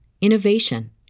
innovation